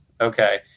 okay